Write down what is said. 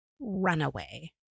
Runaway